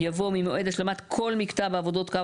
יבוא "ממועד השלמת כל מקטע בעבודות קו